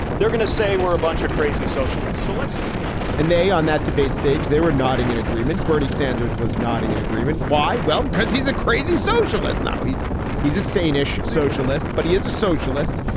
they're going to say we're a bunch of crazy social. so let's just stand and they on that debate stage. they were nodding in agreement. bernie sanders was nodding in agreement. why? well, because he's a crazy socialist. now he's he's a sane ish socialist, but he is a socialist.